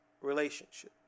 relationship